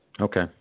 Okay